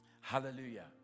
Hallelujah